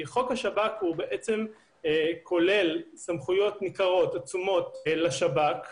חוק השב"כ בעצם כולל סמכויות ניכרות ועצומות לשב"כ,